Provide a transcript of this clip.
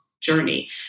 journey